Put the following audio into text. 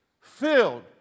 filled